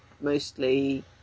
Mostly